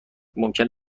ممکن